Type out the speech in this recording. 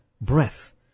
breath